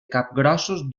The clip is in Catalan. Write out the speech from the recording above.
capgrossos